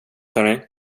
hörni